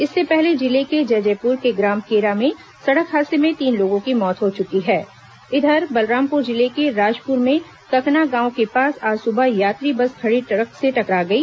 इससे पहले जिले के जैजेपुर के ग्राम केरा में सड़क हादसे में तीन लोगों की मौत हो चुकी है इधर बलरामपुर जिले के राजपुर में ककना गांव के पास आज सुबह यात्री बस खड़ी ट्रक से टकरा गई